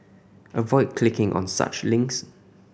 avoid clicking on such links